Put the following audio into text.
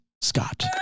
Scott